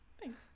thanks